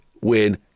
win